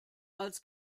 als